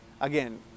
again